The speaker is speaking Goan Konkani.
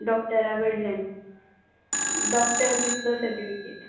डॉक्टरा कडल्यान डॉक्टर दितलो सर्टिफिकेट